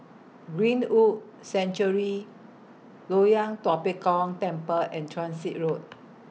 Greenwood Sanctuary Loyang Tua Pek Kong Temple and Transit Road